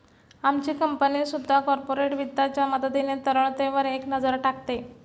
आमची कंपनी सुद्धा कॉर्पोरेट वित्ताच्या मदतीने तरलतेवर एक नजर टाकते